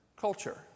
culture